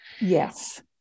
Yes